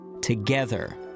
together